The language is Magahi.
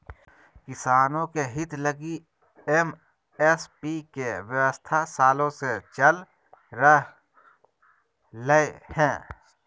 किसानों के हित लगी एम.एस.पी के व्यवस्था सालों से चल रह लय हें